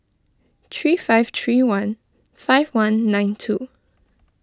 three five three one five one nine two